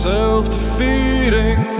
Self-defeating